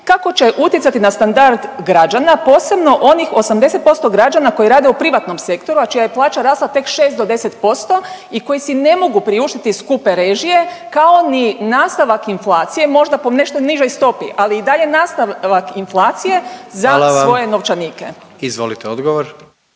kako će utjecati na standard građana, posebno onih 80% građana koji rade u privatnom sektoru, a čija je plaća rasla tek 6 do 10% i koji si ne mogu priuštiti skupe režije, kao ni nastavak inflacije, možda po nešto nižoj stopi, ali i dalje nastavak inflacije …/Upadica predsjednik: Hvala vam./…za svoje